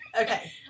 Okay